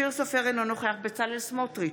אופיר סופר, אינו נוכח בצלאל סמוטריץ'